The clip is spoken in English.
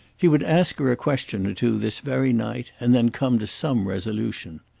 he would ask her a question or two this very night, and then come to some resolution.